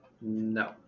no